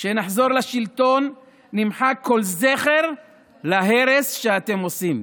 כשנחזור לשלטון נמחק כל זכר להרס שאתם עושים.